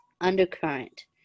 undercurrent